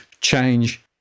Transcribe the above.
change